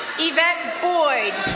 yvette boyd.